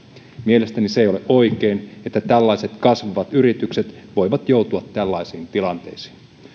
mielestäni se ei ole oikein että tällaiset kasvavat yritykset voivat joutua tällaisiin tilanteisiin